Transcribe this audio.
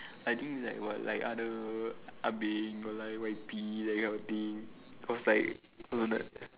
I think like what like other ah-beng got like Y_P that kind of thing cause like